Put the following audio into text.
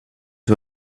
who